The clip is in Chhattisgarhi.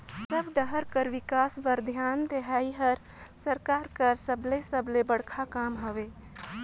सब डाहर कर बिकास बर धियान देहई हर सरकार कर सबले सबले बड़खा काम हवे